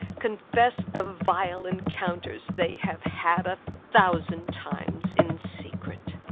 confess'd the vile encounters they have had a thousand times in secret.